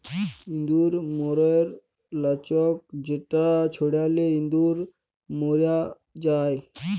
ইঁদুর ম্যরর লাচ্ক যেটা ছড়ালে ইঁদুর ম্যর যায়